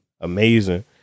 amazing